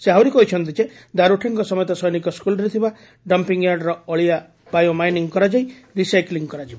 ସେ ଆହରି କହିଛନ୍ତି ଯେ ଦାର୍ଠେଙ୍ ସମେତ ସୈନିକ ସ୍କୁଲରେ ଥିବା ଡମ୍ମିଂୟାର୍ଡରେ ଅଳିଆ ବାୟୋମାଇନିଂ କରାଯାଇ ରିସାଇକୁିଂ କରାଯିବ